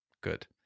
Good